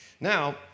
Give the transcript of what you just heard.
Now